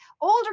older